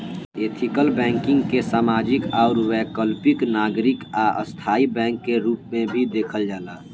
ethical banking के सामाजिक आउर वैकल्पिक नागरिक आ स्थाई बैंक के रूप में भी देखल जाला